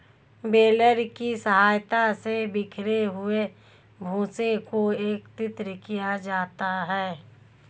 baler की सहायता से बिखरे हुए भूसे को एकत्रित किया जाता है